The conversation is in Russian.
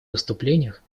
выступлениях